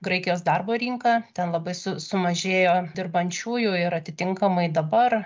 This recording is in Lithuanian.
graikijos darbo rinką ten labai su sumažėjo dirbančiųjų ir atitinkamai dabar